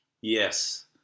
Yes